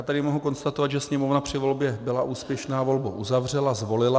Tady mohu konstatovat, že sněmovna při volbě byla úspěšná, volbu uzavřela, zvolila kandidáta.